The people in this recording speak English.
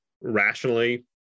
rationally